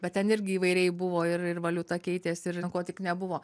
bet ten irgi įvairiai buvo ir ir valiuta keitėsi ir ko tik nebuvo